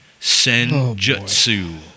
senjutsu